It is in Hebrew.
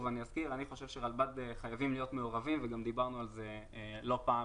אני חושב שרלב"ד חייבים להיות מעורבים וגם דיברנו על זה לא פעם